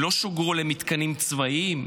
הם לא שוגרו למתקנים צבאיים,